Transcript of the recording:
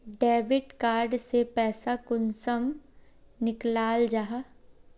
Debit card से पैसा कुंसम निकलाल जाहा?